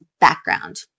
background